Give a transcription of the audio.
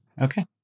Okay